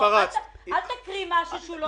אם כבר התפרצת --- אל תקרא משהו שהוא לא אמר.